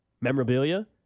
memorabilia